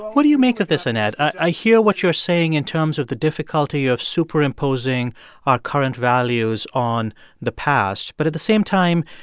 what do you make of this, annette? i hear what you're saying in terms of the difficulty of superimposing our current values on the past, but at the same time,